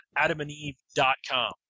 adamandeve.com